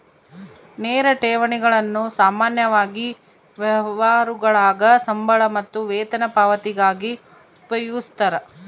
ನೇರ ಠೇವಣಿಗಳನ್ನು ಸಾಮಾನ್ಯವಾಗಿ ವ್ಯವಹಾರಗುಳಾಗ ಸಂಬಳ ಮತ್ತು ವೇತನ ಪಾವತಿಗಾಗಿ ಉಪಯೋಗಿಸ್ತರ